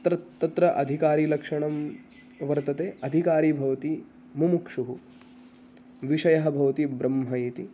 तत्र तत्र अधिकारीलक्षणं वर्तते अधिकारी भवति मुमुक्षुः विषयः भवति ब्रह्मा इति